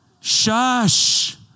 Shush